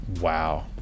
Wow